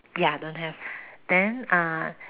ya don't have then